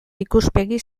ikuspegi